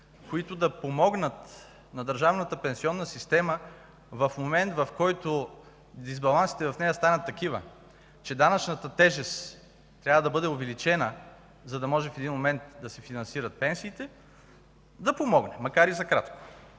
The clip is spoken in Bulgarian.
които да помогнат на държавната пенсионна система в момент, в който дисбалансите в нея станат такива, че данъчната тежест трябва да бъде увеличена, за да може в един момент да се финансират пенсиите – да помогне, макар и за кратко.